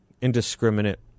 indiscriminate